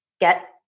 get